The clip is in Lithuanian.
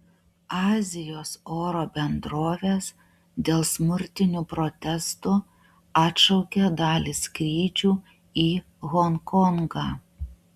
azijos oro bendrovės dėl smurtinių protestų atšaukė dalį skrydžių į honkongą